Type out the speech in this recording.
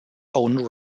own